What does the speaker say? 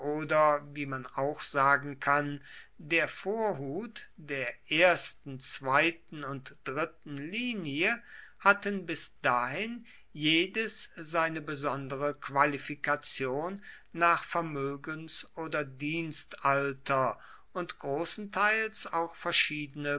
wie man auch sagen kann der vorhut der ersten zweiten und dritten linie hatten bis dahin jedes seine besondere qualifikation nach vermögens oder dienstalter und großenteils auch verschiedene